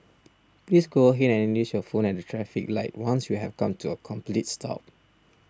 please go ahead and use your phone at the traffic light once you have come to a complete stop